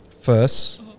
first